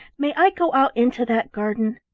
may i go out into that garden?